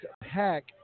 Pack